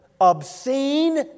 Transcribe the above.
obscene